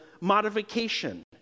modification